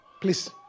Please